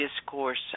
discourse